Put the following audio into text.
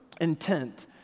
intent